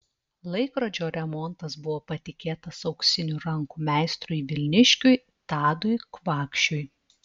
laikrodžio remontas buvo patikėtas auksinių rankų meistrui vilniškiui tadui kvakšiui